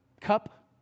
cup